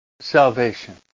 salvation